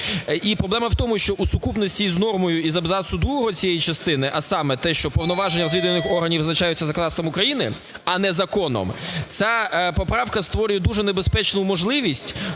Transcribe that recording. І проблема в тому, що у сукупності із нормою із абзацу 2 цієї частини, а саме те, що повноваження розвідувальних органів визначаються законодавством України, а не законом, ця поправка створює дуже небезпечну можливість,